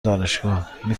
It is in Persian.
دانشگاهمی